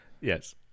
Yes